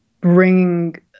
bringing